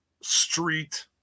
street